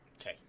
Okay